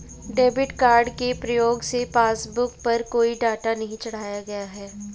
debit card के प्रयोग से पासबुक पर कोई डाटा नहीं चढ़ाया गया है